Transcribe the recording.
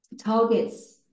targets